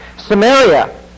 Samaria